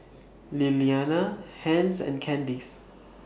Lilianna Hence and Candyce